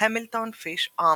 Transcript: - המילטון פיש ארמסטרונג,